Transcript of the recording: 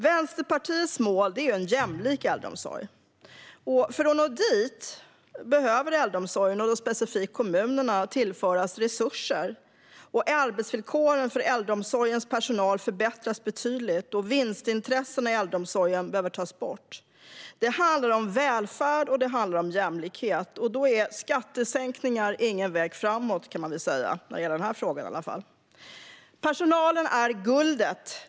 Vänsterpartiets mål är en jämlik äldreomsorg. För att nå dit behöver äldreomsorgen, och specifikt kommunerna, tillföras resurser, arbetsvillkoren för äldreomsorgens personal förbättras betydligt och vinstintressena i äldreomsorgen tas bort. Det handlar om välfärd, och det handlar om jämlikhet. Då kan man säga att skattesänkningar inte är någon väg framåt, i alla fall när det gäller denna fråga. Personalen är guldet.